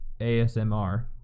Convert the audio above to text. ASMR